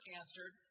answered